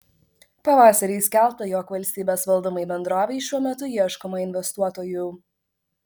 pavasarį skelbta jog valstybės valdomai bendrovei šiuo metu ieškoma investuotojų